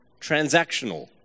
transactional